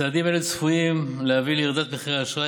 צעדים אלה צפויים להביא לירידת מחירי האשראי